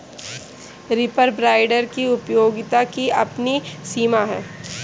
reaper binder की उपयोगिता की अपनी सीमा है